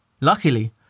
Luckily